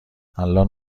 الان